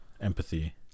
empathy